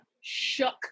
shook